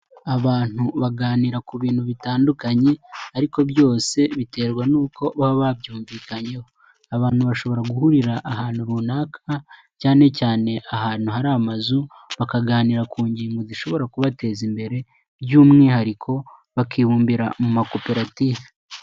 Abantu baganira ku bintu bitandukanye, ariko byose biterwa n'uko baba babyumvikanyeho . Abantu bashobora guhurira ahantu runaka cyane cyane ahantu hari amazu, bakaganira ku ngingo zishobora kubateza imbere by'umwihariko bakibumbira mu makoperative.